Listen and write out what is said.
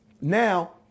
Now